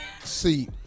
see